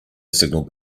signal